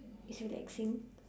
is relaxing